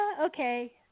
okay